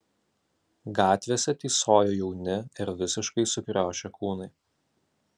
gatvėse tysojo jauni ir visiškai sukriošę kūnai